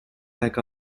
back